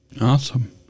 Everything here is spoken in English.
Awesome